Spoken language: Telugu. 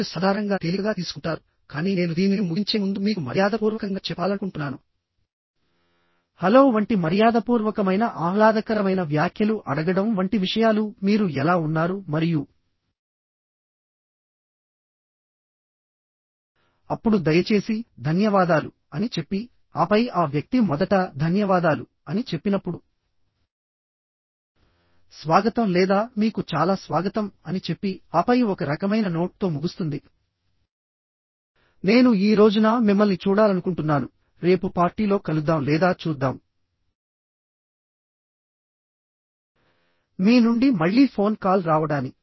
మీరు సాధారణంగా తేలికగా తీసుకుంటారుకానీ నేను దీనిని ముగించే ముందు మీకు మర్యాదపూర్వకంగా చెప్పాలనుకుంటున్నాను హలో వంటి మర్యాదపూర్వకమైన ఆహ్లాదకరమైన వ్యాఖ్యలు అడగడం వంటి విషయాలు మీరు ఎలా ఉన్నారు మరియు అప్పుడు దయచేసి ధన్యవాదాలు అని చెప్పిఆపై ఆ వ్యక్తి మొదట ధన్యవాదాలు అని చెప్పినప్పుడు స్వాగతం లేదా మీకు చాలా స్వాగతం అని చెప్పిఆపై ఒక రకమైన నోట్ తో ముగుస్తుంది నేను ఈ రోజున మిమ్మల్ని చూడాలనుకుంటున్నానురేపు పార్టీలో కలుద్దాం లేదా చూద్దాం మీ నుండి మళ్ళీ ఫోన్ కాల్ రావడాని